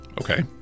Okay